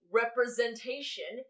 representation